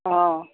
অঁ